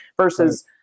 Versus